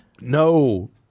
No